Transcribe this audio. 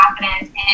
confidence